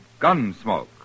Gunsmoke